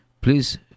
please